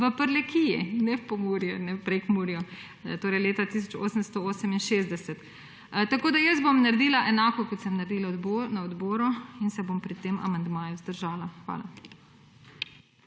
v Prlekiji, ne Pomurje, ne v Prekmurju. Torej leta 1868. Tako da jaz bom naredila enako, kot sem naredila na odboru in se bom pri tem amandmaju vzdržala. Hvala.